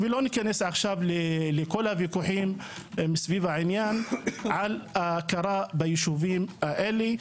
ולא ניכנס עכשיו לכל הוויכוחים סביב העניין על ההכרה בישובים האלה.